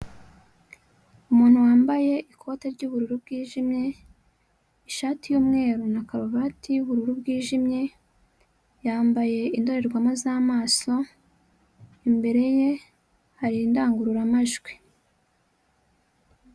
Umuntu wambaye ikote ry'ubururu bwijimye, ishati y'umweru na karuvati y'ubururu bwijimye, yambaye indorerwamo z'amaso, imbere ye hari indangururamajwi.